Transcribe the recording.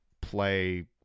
play